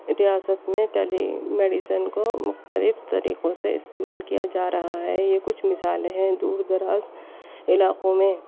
ریاست میں telemedicine کو مختلف طریقوں سے استعمال کیا جا رہا ہے یہ کچھ مثالیں ہیں دور دراز علاقوں میں